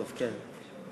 רזבוזוב, כן.